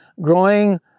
growing